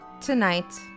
Tonight